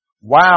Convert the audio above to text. Wow